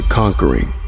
conquering